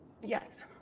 Yes